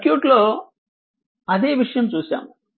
circuit లో అదే విషయం చూసాము